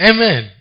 Amen